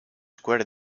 square